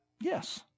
Yes